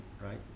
right